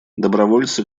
добровольцы